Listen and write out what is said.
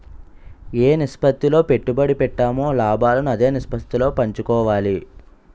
ఏ నిష్పత్తిలో పెట్టుబడి పెట్టామో లాభాలను అదే నిష్పత్తిలో పంచుకోవాలి